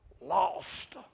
lost